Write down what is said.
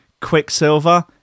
Quicksilver